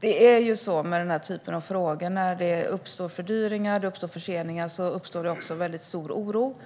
Det är ju så med den här typen av frågor att när det uppstår fördyringar och förseningar uppstår det också stor oro.